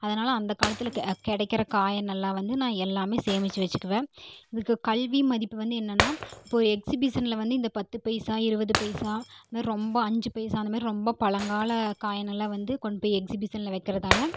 அதனால் அந்த காலத்தில் கிடைக்கிற காயினெல்லாம் வந்து நான் எல்லாமே சேமித்து வச்சுக்குவேன் இதுக்கு கல்வி மதிப்பு வந்து என்னென்னா இப்போது எக்ஸிபிசனில் வந்து இந்த பத்து பைசா இருபது பைசா இதுமாரி ரொம்ப அஞ்சு பைசா அந்தமாதிரி ரொம்ப பழங்கால காயினெல்லாம் வந்து கொண்டு போய் எக்ஸ்பிசனில் வைக்கிறதால